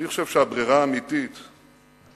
אני חושב שהברירה האמיתית היא